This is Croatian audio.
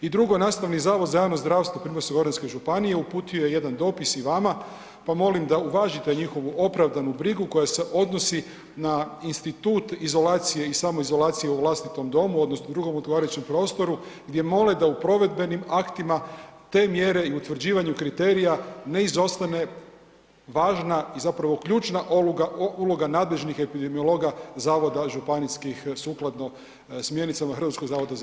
I drugo, Nastavni zavod za javno zdravstvo Primorsko-goranske županije uputio je jedan dopis i vama, pa molim da uvažite njihovu opravdanu brigu koja se odnosi na institut izolacije i samoizolacije u vlastitom domu odnosno drugom odgovarajućem prostoru gdje mole da u provedbenim aktima te mjere i utvrđivanjem kriterija ne izostane važna i zapravo ključna uloga nadležnih epidemiologa zavoda županijskih sukladno smjernicama HZJZ.